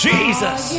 Jesus